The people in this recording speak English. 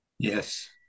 yes